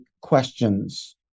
questions